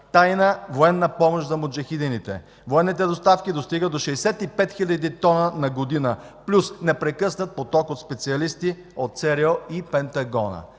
тайна военна помощ за муджахидините. Военните доставки достигат до 65 хил. тона на година, плюс непрекъснат поток от специалисти от ЦРУ и Пентагона”.